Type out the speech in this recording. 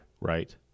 right